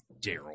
Daryl